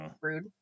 rude